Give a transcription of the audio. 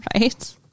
Right